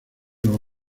los